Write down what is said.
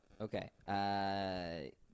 Okay